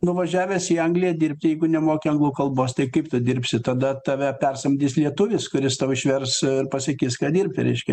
nuvažiavęs į angliją dirbti jeigu nemoki anglų kalbos tai kaip tu dirbsi tada tave persamdys lietuvis kuris tau išvers ir pasakys ką dirbti reiškia